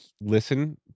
listen